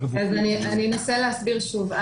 אני אנסה להסביר שוב.